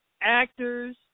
actors